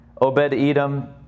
Obed-Edom